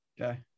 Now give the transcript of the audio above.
Okay